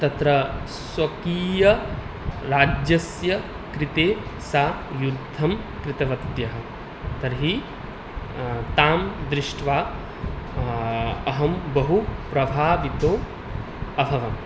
तत्र स्वकीयराज्यस्य कृते सा युद्धं कृतवती तर्हि तां दृष्ट्वा अहं बहुप्रभावितो अभवम्